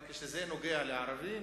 אבל כשזה נוגע לערבים,